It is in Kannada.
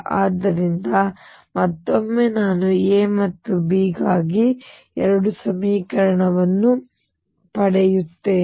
ಆದ್ದರಿಂದ ಮತ್ತೊಮ್ಮೆ ನಾನು A ಮತ್ತು B ಗಾಗಿ ಎರಡು ಸಮೀಕರಣಗಳನ್ನು ಪಡೆಯುತ್ತೇನೆ